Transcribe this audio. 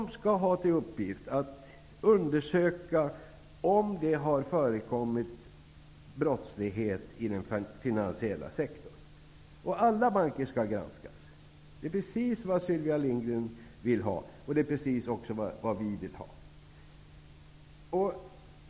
Gruppen har till uppgift att undersöka om det har förekommit brottslighet inom den finansiella sektorn. Alla banker skall granskas. Det är precis som Sylvia Lindgren vill ha det, och det är precis som vi vill ha det.